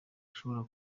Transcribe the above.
ashobora